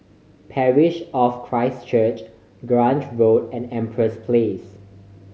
Parish of Christ Church Grange Road and Empress Place